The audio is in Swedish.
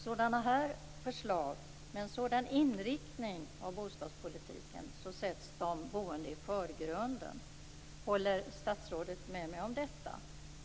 Med en sådan inriktning av bostadspolitiken sätts de boende i förgrunden. Håller statsrådet med mig om detta?